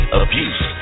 abuse